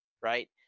right